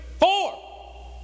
four